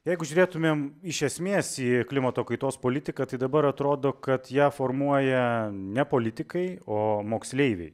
jeigu žiūrėtumėm iš esmės į klimato kaitos politiką tai dabar atrodo kad ją formuoja ne politikai o moksleiviai